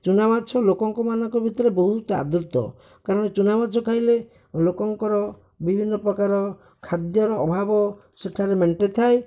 ଚୁନା ମାଛ ଲୋକଙ୍କମାନଙ୍କ ଭିତରେ ବହୁତ ଆଦୁତ କାରଣ ଚୁନା ମାଛ ଖାଇଲେ ଲୋକଙ୍କର ବିଭିନ୍ନ ପ୍ରକାରର ଖାଦ୍ୟର ଅଭାବ ସେଠାରେ ମେଣ୍ଟିଥାଏ